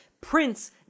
Prince